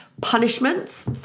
punishments